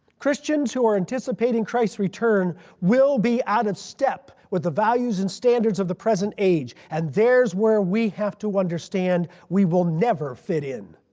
christians who are anticipating christ's return will be out of step with the values and standards of the present age and there's where we have to understand we will never fit in.